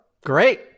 Great